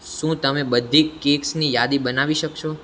શું તમે બધી કેક્સની યાદી બનાવી શકશો